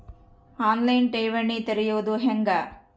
On line ಠೇವಣಿ ತೆರೆಯೋದು ಹೆಂಗ?